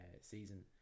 season